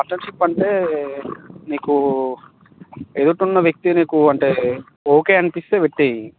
partnership అంటే నీకు ఎదుటున్న వ్యక్తి నీకు అంటే ఓకే అనిపిస్తే పెట్టేయి